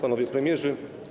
Panowie Premierzy!